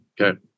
Okay